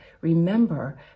Remember